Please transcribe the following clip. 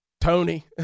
Tony